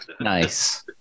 nice